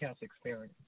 experience